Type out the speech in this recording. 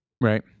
Right